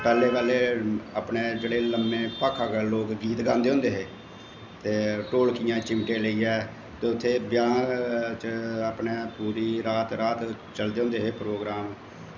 पैह्लें पैह्लें अपने जेह्ड़े लम्में भाखां लोग गीत गांदे होंदे हे ते ढोलकियां चिमटे लेइयै ते उत्थै ब्याह् च अपनी पूरी रात रात चलदे होंदे हे प्रोग्राम